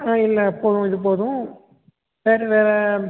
ஆ இல்லை போதும் இது போதும் வேறு வேறு